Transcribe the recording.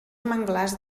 manglars